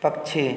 पक्षी